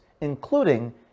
including